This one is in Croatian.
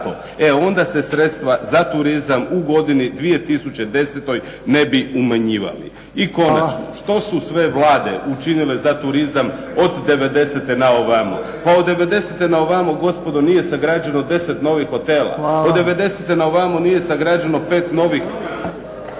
e onda se sredstva za turizam u godini 2010. ne bi umanjivali. I konačno, što su sve Vlade učinile za turizam od devedesete na ovamo. Pa od devedesete na ovamo gospodo nije sagrađeno 10 novih hotela. Od devedesete na ovamo nije sagrađeno pet novih